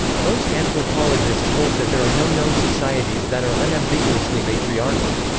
most anthropologists hold that there are no known societies that are unambiguously matriarchal.